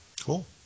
Cool